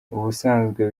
ubusanzwe